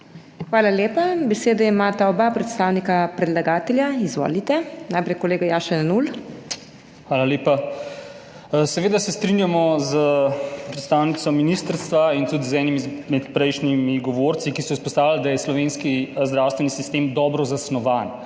Hvala lepa. Besedo imata oba predstavnika predlagatelja. Najprej kolega Jaša Jenull. Izvolite. JAŠA JENULL: Hvala lepa. Seveda se strinjamo s predstavnico ministrstva in tudi z enim izmed prejšnjih govorcev, ki sta izpostavila, da je slovenski zdravstveni sistem dobro zasnovan.